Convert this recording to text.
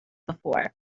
before